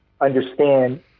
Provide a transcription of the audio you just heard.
understand